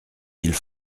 mille